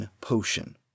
Potion